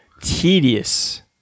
tedious